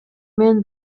мен